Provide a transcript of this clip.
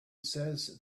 says